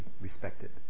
respected